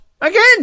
Again